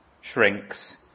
shrinks